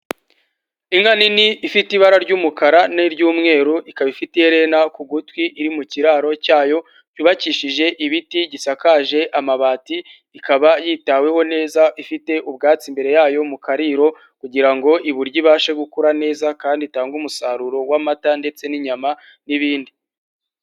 Inka nini ifite ibara ry'umukara n'iry'umweru ikaba ifiti iherenna ku gutwi iri mu kiraro cyayo cyubakishije ibiti, gisakaje amabati, ikaba yitaweho neza ifite ubwatsi imbere yayo mu kariro kugira ngo iburye ibashe gukura neza kandi itange umusaruro w'amata ndetse n'inyama n'ibindi.